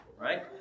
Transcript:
Right